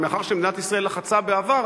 אבל מאחר שמדינת ישראל לחצה בעבר,